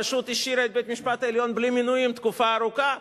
פשוט השאירה את בית-המשפט העליון בלי מינויים תקופה ארוכה?